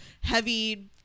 heavy